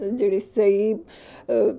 ਜਿਹੜੀ ਸਹੀ